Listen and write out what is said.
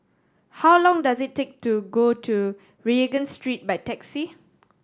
how long does it take to go to Regent Street by taxi